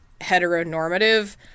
heteronormative